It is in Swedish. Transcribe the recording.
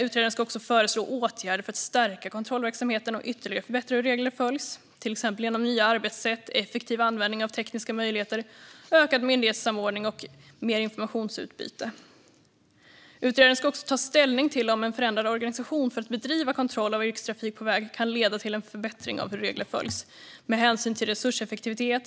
Utredaren ska också föreslå åtgärder för att stärka kontrollverksamheten och ytterligare förbättra hur regler följs, till exempel genom nya arbetssätt, effektiv användning av tekniska möjligheter, ökad myndighetssamordning och mer informationsutbyte. Utredaren ska även ta ställning till om en förändrad organisation för att bedriva kontroll av yrkestrafik på väg kan leda till en förbättring av hur regler följs med hänsyn till resurseffektivitet.